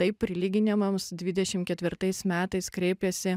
taip prilyginimams dvidešim ketvirtais metais kreipėsi